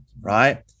right